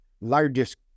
largest